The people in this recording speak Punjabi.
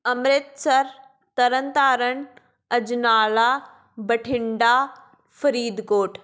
ਅੰਮ੍ਰਿਤਸਰ ਤਰਨਤਾਰਨ ਅਜਨਾਲਾ ਬਠਿੰਡਾ ਫਰੀਦਕੋਟ